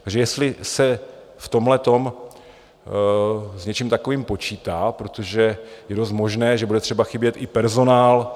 Takže jestli se v tomhle s něčím takovým počítá, protože je dost možné, že bude třeba chybět i personál.